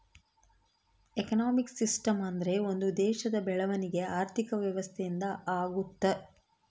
economic system ಅಂದ್ರೆ ಒಂದ್ ದೇಶದ ಬೆಳವಣಿಗೆ ಆರ್ಥಿಕ ವ್ಯವಸ್ಥೆ ಇಂದ ಆಗುತ್ತ